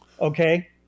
Okay